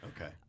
Okay